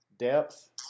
depth